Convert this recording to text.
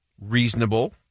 reasonable